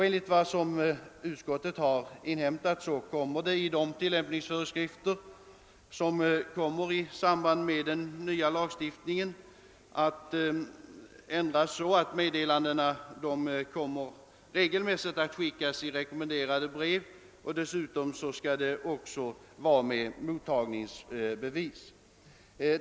Enligt vad utskottet har inhämtat kommer de tillämpningsföreskrifter som skall utfärdas i samband med den nya lagstiftningen att ändras så, att meddelandena regelmässigt skickas i rekommenderade brev försedda med mottagningsbevis.